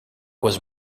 was